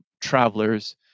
travelers